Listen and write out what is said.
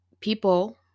people